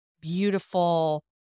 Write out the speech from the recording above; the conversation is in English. beautiful